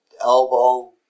elbow